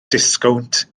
disgownt